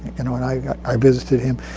and i visited him.